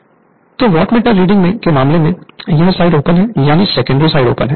Refer Slide Time 0842 तो wattmeter reading के मामले में यह साइड ओपन है यानी सेकेंडरी साइड ओपन है